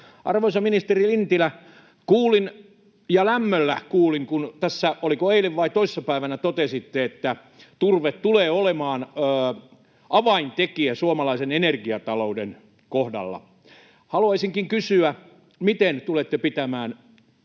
Arvoisa ministeri Lintilä, kuulin — ja lämmöllä kuulin — kun tässä, oliko eilen vai toissa päivänä, totesitte, että turve tulee olemaan avaintekijä suomalaisen energiatalouden kohdalla. Haluaisinkin kysyä, miten tulette pitämään siitä